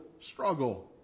struggle